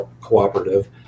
cooperative